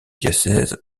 diocèse